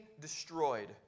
destroyed